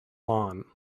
lawn